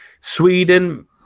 Sweden